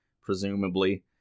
presumably